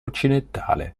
occidentale